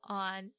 on